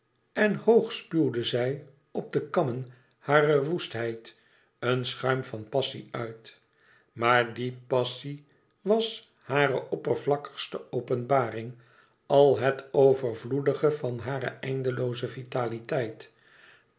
en hoog spuwde zij op de kammen harer woestheid een schuim van passie uit maar die passie was hare oppervlakkigste openbaring al het overvloedige van hare eindelooze vitaliteit